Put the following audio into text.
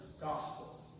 gospel